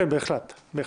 כן, בהחלט.